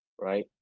right